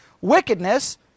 Wickedness